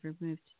removed